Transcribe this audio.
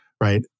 right